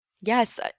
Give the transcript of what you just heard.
Yes